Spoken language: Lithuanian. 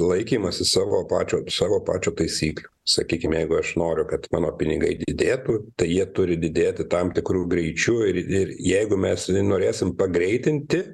laikymąsis savo pačio savo pačio taisyklių sakykime jeigu aš noriu kad mano pinigai didėtų tai jie turi didėti tam tikru greičiu ir ir jeigu mes norėsim pagreitinti